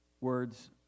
Words